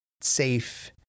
safe